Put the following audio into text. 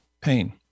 pain